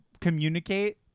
communicate